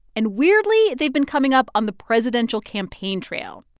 and weirdly, they've been coming up on the presidential campaign trail.